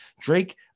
drake